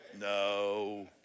No